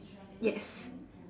yes